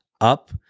up